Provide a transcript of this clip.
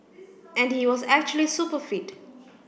and he was actually super fit